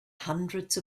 hundreds